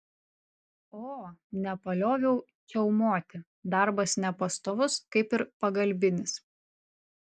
o nepalioviau čiaumoti darbas nepastovus kaip ir pagalbinis